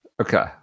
Okay